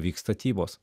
vyks statybos